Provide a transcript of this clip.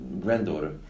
granddaughter